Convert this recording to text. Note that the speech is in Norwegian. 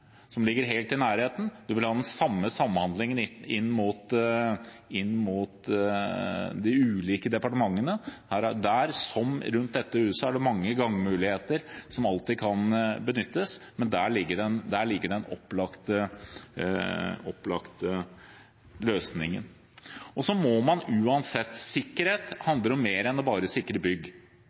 som ligger helt i nærheten. En vil ha den samme samhandlingen inn mot de ulike departementene. Der, som rundt dette huset, er det mange gangmuligheter som alltid kan benyttes, men der ligger den opplagte løsningen. Sikkerhet handler om mer enn bare å sikre bygg, og da bør man